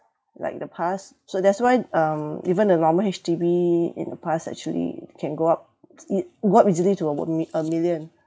like in the past so that's why um even the normal H_D_B in the past actually can go up it go up easily to a one mi~ a million